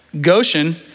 Goshen